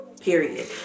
Period